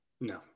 No